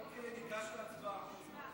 אוקיי, ניגש להצבעה.